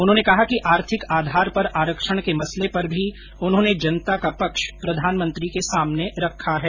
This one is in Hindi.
उन्होंने कहा कि आर्थिक आधार पर आरक्षण के मसले पर भी उन्होंने जनता का पक्ष प्रधानमंत्री के सामने रखा है